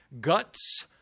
guts